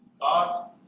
God